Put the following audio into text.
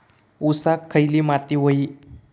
ऊसाक खयली माती व्हयी?